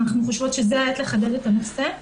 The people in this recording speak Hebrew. אנחנו חושבות שזו העת לחדד את הנושא.